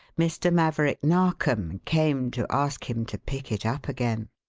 mr. maverick narkom came to ask him to pick it up again.